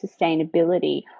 sustainability